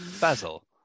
Basil